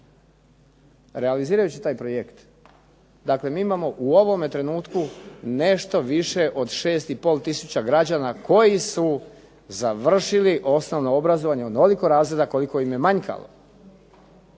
Realizirajući taj projekt, dakle mi u ovom trenutku imamo nešto više od 6,5 tisuća građana koji su završili osnovno obrazovanje onoliko razreda koliko im je manjkalo.